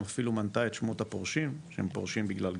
אפילו מנתה את שמות הפורשים שהם פורשים בגלל גיל.